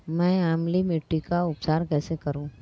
मैं अम्लीय मिट्टी का उपचार कैसे करूं?